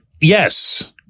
Yes